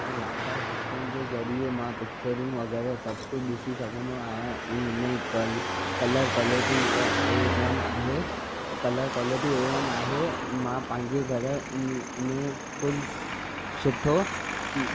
ऐं wifi system जे ज़रिये मां पिचरूं वग़ैरह सभु कुझु ॾिसी सघंदो आहियां ऐं हिन कलरु क्वालिटी एक वन आहे कलरु क्वालिटी ए वन आहे मां पंहिंजे घर में फुल सुठो